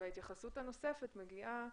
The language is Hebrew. ההתייחסות הנוספת מגיעה